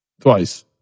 Twice